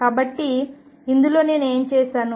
కాబట్టి ఇందులో నేను ఏమి చేసాను